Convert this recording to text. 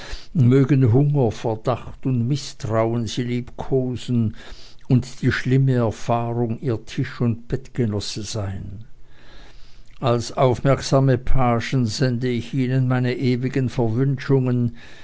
mögen hunger verdacht und mißtrauen sie liebkosen und die schlimme erfahrung ihr tisch und bettgenosse sein als aufmerksame pagen sende ich ihnen meine ewigen